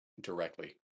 directly